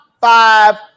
five